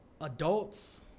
Adults